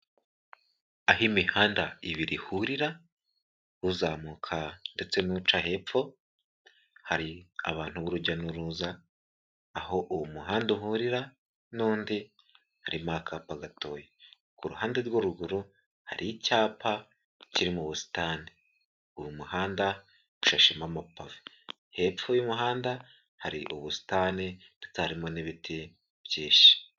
Aho imihanda ibirihurira uzamuka ndetse n'uca hepfo, hari abantu b'urujya n'uruza aho uwo muhanda uhurira n'undi harimo akapa gatoya, ku ruhande rwo ruguru hari icyapa kiri mu busitani, uyu muhanda ushashemo amapave, hepfo y'umuhanda hari ubusitani ndetse harimo n'ibiti byinshi.